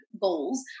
goals